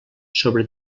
sobre